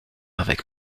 avec